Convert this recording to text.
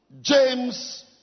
James